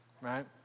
Right